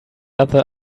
other